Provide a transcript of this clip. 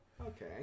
Okay